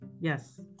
Yes